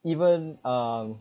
even um